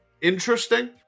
interesting